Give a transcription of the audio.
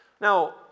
Now